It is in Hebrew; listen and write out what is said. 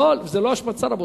זאת לא השמצה, רבותי.